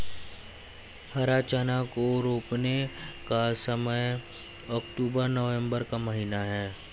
हरा चना को रोपने का समय अक्टूबर नवंबर का महीना है